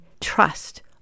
trust